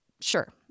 sure